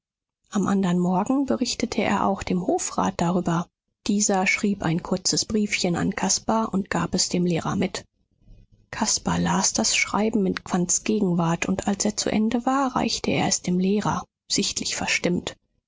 am andern morgen berichtete er auch dem hofrat darüber dieser schrieb ein kurzes briefchen an caspar und gab es dem lehrer mit caspar las das schreiben in quandts gegenwart und als er zu ende war reichte er es dem lehrer sichtlich verstimmt